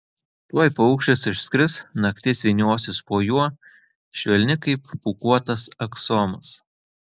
tuoj paukštis išskris naktis vyniosis po juo švelni kaip pūkuotas aksomas